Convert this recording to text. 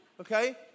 okay